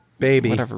Baby